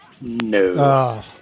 No